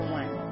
one